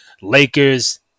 Lakers